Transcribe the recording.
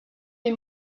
des